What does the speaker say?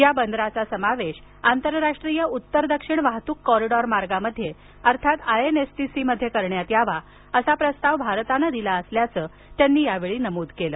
या बंदराचा समावेश आंतरराष्ट्रीय उत्तर दक्षिण वाहतूक कॉरीडोर मार्गामध्ये अर्थात I N S T C मध्ये करावा असा प्रस्ताव भारतानं दिला असल्याचं त्यांनी यावेळी नमूद केलं